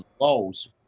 lows